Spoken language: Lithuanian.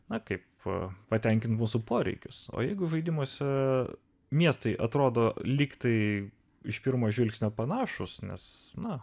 na kaip patenkinti mūsų poreikius o jeigu žaidimuose miestai atrodo lyg tai iš pirmo žvilgsnio panašūs nes na